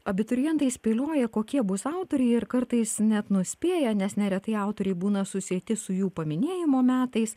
abiturientai spėlioja kokie bus autoriai ir kartais net nuspėja nes neretai autoriai būna susieti su jų paminėjimo metais